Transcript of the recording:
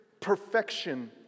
perfection